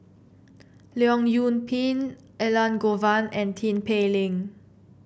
Leong Yoon Pin Elangovan and Tin Pei Ling